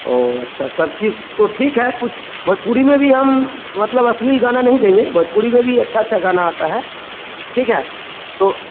औ अच्छा सब ठीक तो ठीक है कुछ भोजपुरी में भी हम मतलब अश्लील गाना नहीं देंगे भोजपुरी में भी अच्छा अच्छा गाना आता है ठीक है तो